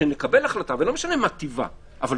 כשנקבל החלטה לא משנה מה טיבה אבל